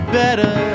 better